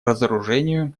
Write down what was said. разоружению